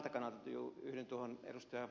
tältä kannalta yhdyn tuohon ed